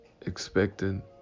expecting